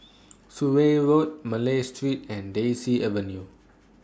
Surrey Road Malay Street and Daisy Avenue